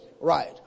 Right